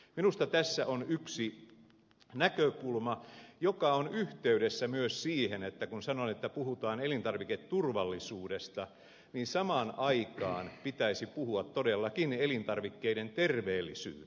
minusta tässä on yksi näkökulma joka on yhteydessä myös siihen että kun sanoin että puhutaan elintarviketurvallisuudesta niin samaan aikaan pitäisi puhua todellakin elintarvikkeiden terveellisyydestä